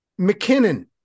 McKinnon